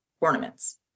ornaments